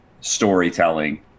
storytelling